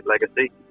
legacy